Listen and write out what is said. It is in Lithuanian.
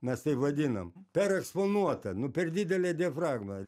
mes taip vadinam pereksponuota nu per didelė diafragma